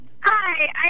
Hi